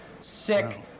sick